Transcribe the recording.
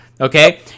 okay